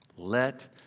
Let